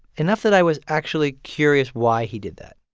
enough that i was actually curious why he did that